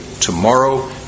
tomorrow